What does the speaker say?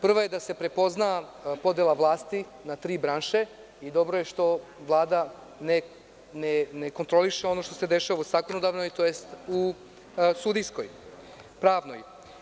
Prva je da se prepozna podela vlasti na tri branše i dobro je što Vlada ne kontroliše ono što se dešava u zakonodavnoj tj. u sudijskoj, pravnoj.